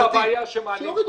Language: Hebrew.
אני לא מבין את הבעיה שמעלים פה.